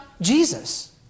Jesus